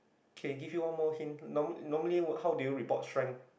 okay give you one more hint normal normally how do you report strength